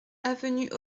avenue